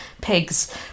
pigs